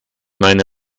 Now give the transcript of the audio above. meine